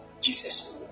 Jesus